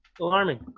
alarming